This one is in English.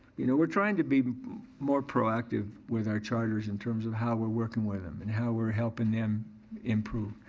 you know we're trying to be more proactive with our charters in terms of how we're working with em and how we're helping them improve.